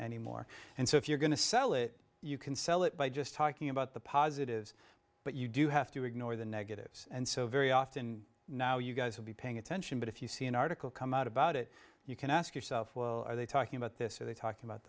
anymore and so if you're going to sell it you can sell it by just talking about the positives but you do have to ignore the negatives and so very often now you guys will be paying attention but if you see an article come out about it you can ask yourself well are they talking about this are they talking about